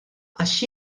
għax